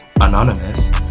anonymous